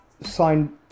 signed